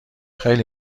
خیلی